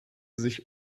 sich